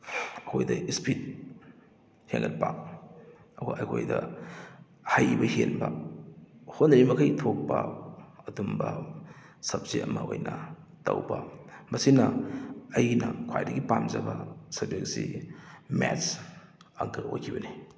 ꯑꯩꯈꯣꯏꯗ ꯏꯁꯄꯤꯠ ꯍꯦꯜꯂꯛꯄ ꯑꯩꯈꯣꯏꯗ ꯍꯩꯕ ꯍꯦꯟꯕ ꯍꯣꯠꯅꯔꯤꯃꯈꯩ ꯊꯣꯛꯄ ꯑꯗꯨꯝꯕ ꯁꯕꯖꯦꯛ ꯑꯃ ꯑꯣꯏꯅ ꯇꯧꯕ ꯃꯁꯤꯅ ꯑꯩꯒꯤꯅ ꯈ꯭ꯋꯥꯏꯗꯒꯤ ꯄꯥꯝꯖꯕ ꯁꯕꯖꯦꯛꯁꯤ ꯃꯦꯠꯁ ꯑꯪꯀ ꯑꯣꯏꯈꯤꯕꯅꯤ